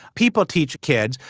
people teach kids,